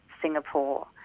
Singapore